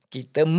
Kita